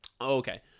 Okay